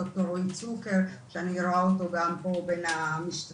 ד"ר רועי צוק, שאני רואה אותו גם פה בין המשתתפים.